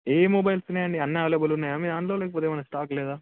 ఏయే మొబైల్స్ ఉన్నాయండి అన్ని అవైలబుల్ ఉన్నాయా మీ దానలో లేకపోతే ఏమైనా స్టాక్ లేదా